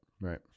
Right